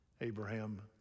Abraham